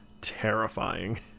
terrifying